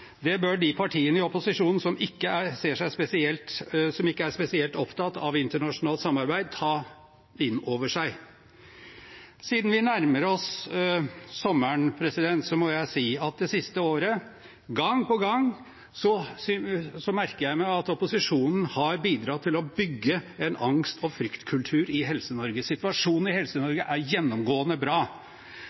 Det bør de partiene i opposisjonen som ikke er spesielt opptatt av internasjonalt samarbeid, ta inn over seg. Siden vi nærmer oss sommeren, må jeg si at jeg gang på gang det siste året har merket meg at opposisjonen har bidratt til å bygge en angst- og fryktkultur i Helse-Norge. Situasjonen i Helse-Norge er gjennomgående bra.